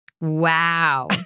Wow